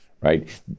right